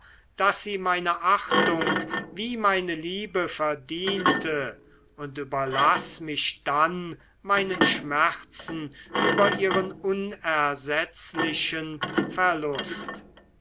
daß sie meine achtung wie meine liebe verdiente und überlaß mich dann meinen schmerzen über ihren unersetzlichen verlust